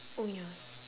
oh ya